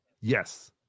Yes